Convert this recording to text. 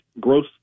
gross